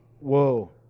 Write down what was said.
Whoa